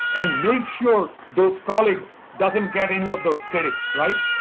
and made sure those colleagues doesn't get any of those credits, right?